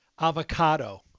Avocado